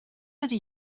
ydy